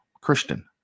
Christian